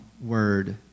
word